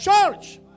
church